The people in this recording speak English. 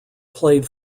played